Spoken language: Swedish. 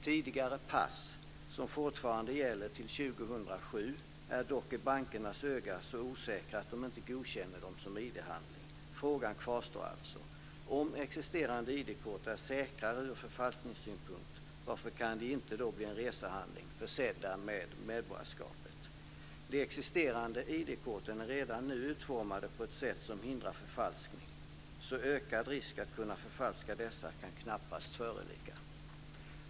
Tidigare pass som fortfarande gäller till 2007 är dock i bankernas ögon så osäkra att de inte godkänner dem som ID-handlingar. Frågan kvarstår alltså. Om existerande ID-kort är säkrare ur förfalskningssynpunkt, varför kan de då inte bli en resehandling försedda med medborgarskapet? De existerande ID-korten är redan nu utformade på ett sätt som hindrar förfalskning. Så ökad risk att kunna förfalska dessa kan knappast föreligga.